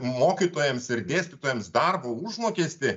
mokytojams ir dėstytojams darbo užmokestį